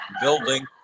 building